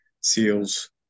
SEALs